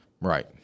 right